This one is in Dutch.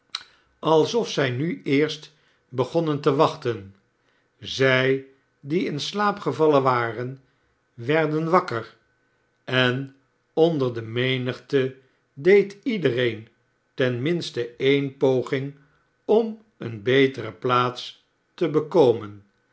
alsof zij nil eerst begonnen te wachten zij die in slaap gevallen waren werden wakker en onder de menigte deed iedereen ten minste enepoging om eene betere plaats te bekomen